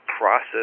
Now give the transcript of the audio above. process